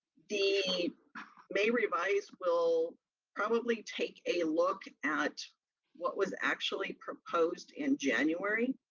the may revise will probably take a look at what was actually proposed in january.